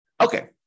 Okay